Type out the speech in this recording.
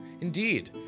Indeed